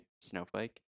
snowflake